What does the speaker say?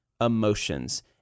emotions